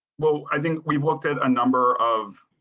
well, i think we've looked at a number of